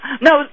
No